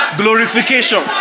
glorification